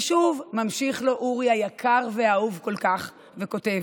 ושוב, ממשיך לו אורי היקר והאהוב כל כך וכותב: